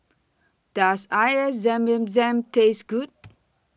Does Air Zam Zam Taste Good